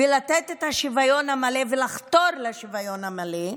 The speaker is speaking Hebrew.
לתת את השוויון המלא ולחתור לשוויון המלא.